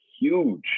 huge